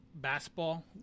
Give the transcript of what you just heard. basketball